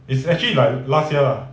it's actually like last year lah